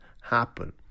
happen